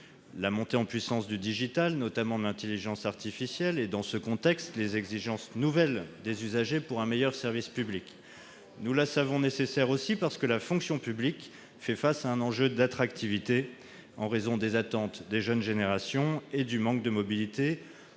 la montée en puissance du digital, notamment de l'intelligence artificielle, mais aussi, dans ce contexte, les exigences nouvelles des usagers pour un meilleur service public. Elle est nécessaire aussi, parce que la fonction publique fait face à un enjeu d'attractivité en raison des attentes des jeunes générations et du manque de mobilité,